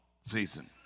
season